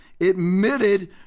admitted